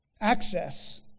Access